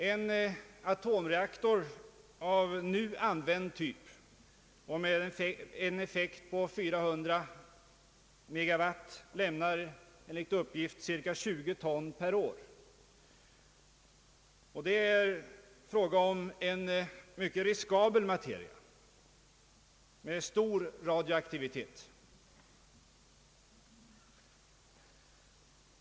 En atomreaktor av nu använd typ och med en effekt på 400 megawatt lämnar enligt uppgift cirka 20 ton per år, och det är fråga om en mycket riskabel materia med stor radioaktivitet.